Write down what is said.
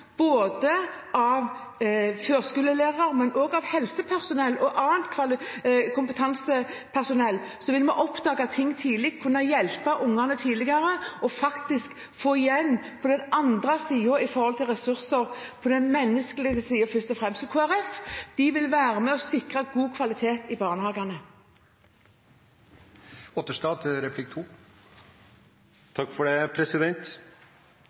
både i form av førskolelærere, helsepersonell og annet kompetent personell, sånn at vi vil kunne oppdage ting tidlig, kunne hjelpe ungene tidligere og faktisk få igjen noe på den andre siden, i form av ressurser, først og fremst på den menneskelige siden. I Kristelig Folkeparti vil vi være med og sikre god kvalitet i barnehagene. Tusen takk for et godt svar. En av hovedgrunnene for